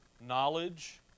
knowledge